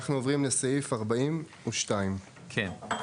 אנחנו עוברים לסעיף 42. כן.